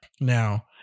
Now